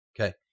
Okay